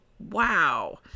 Wow